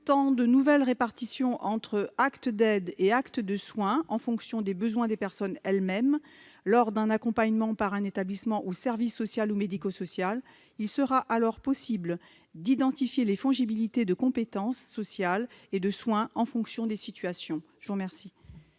de nouvelles répartitions entre actes d'aide et actes de soins en fonction des besoins des personnes elles-mêmes, lors d'un accompagnement par un établissement ou service social ou médico-social, il sera possible d'identifier les « fongibilités de compétences » sociales et de soins en fonction des situations. La parole